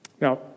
Now